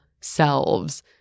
selves